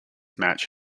match